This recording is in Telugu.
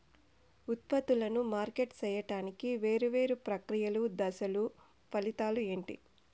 ఉత్పత్తులను మార్కెట్ సేయడానికి వేరువేరు ప్రక్రియలు దశలు ఫలితాలు ఏంటి?